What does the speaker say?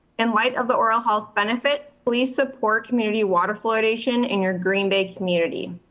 in light of the oral health benefits, please support community water fluoridation in your green bay community.